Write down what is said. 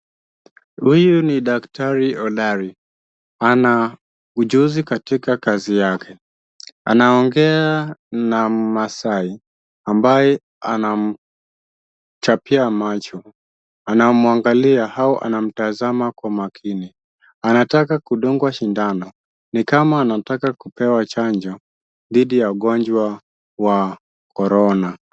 Huyu ni daktari hodari. Ana ujuzi katika kazi yake. Anaongea na mmaasai ambaye anamchapia macho, anamwangalia au anamtazama kwa makini. Anataka kudungwa sindano ni kama anataka kupewa chanjo dhidi ya ugonjwa wa Korona.